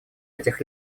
этих